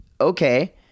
okay